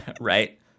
Right